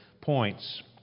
points